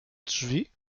drzwi